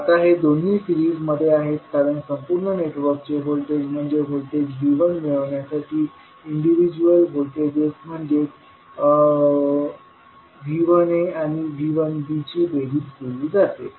आता हे दोन्ही सिरीज मध्ये आहेत कारण संपूर्ण नेटवर्कचे व्होल्टेज म्हणजे व्होल्टेज V1मिळवण्यासाठी इन्डिविजुअल व्होल्टेजेस म्हणजे V1aआणि V1bची बेरीज केली जाते